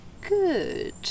good